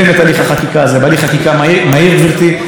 הצעת החוק הזו הונחה היום על שולחנה של הכנסת.